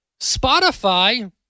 Spotify